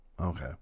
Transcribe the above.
Okay